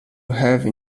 have